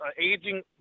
aging